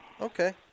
Okay